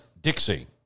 Dixie